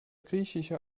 griechische